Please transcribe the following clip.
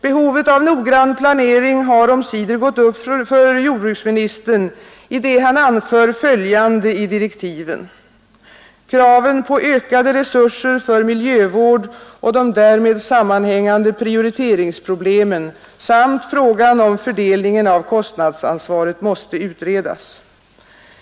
Behovet av noggrann planering har omsider gått upp för jordbruksministern, i det han anför följande i direktiven: Kraven på ökade resurser för miljövård och de därmed sammanhängande prioriteringsproblemen samt frågan om fördelningen av kostnadsansvaret måste utredas.